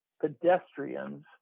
pedestrians